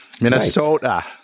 Minnesota